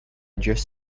just